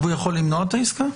והוא יכול למנוע את העסקה?